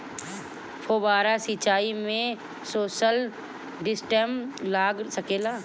फौबारा सिचाई मै सोलर सिस्टम लाग सकेला?